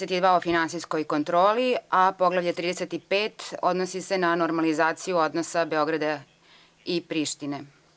Poglavlje 32 je o finansijskoj kontroli, a Poglavlje 35 odnosi se na normalizaciju odnosa Beograda i Prištine.